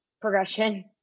progression